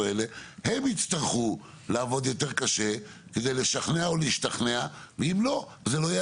הם יצטרכו לעבוד יותר קשה כדי לשכנע או להשתכנע ואם לא,